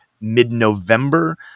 mid-November